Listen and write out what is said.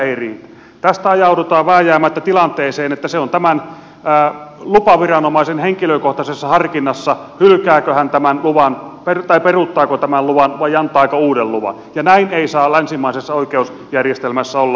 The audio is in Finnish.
tästä ajaudutaan vääjäämättä tilanteeseen että se on lupaviranomaisen henkilökohtaisessa harkinnassa hylkääkö hän tämän luvan tai peruuttaako tämän luvan vai antaako uuden luvan ja näin ei saa länsimaisessa oikeusjärjestelmässä olla